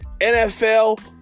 NFL